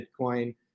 Bitcoin